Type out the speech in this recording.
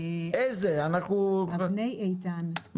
מושב אבני איתן.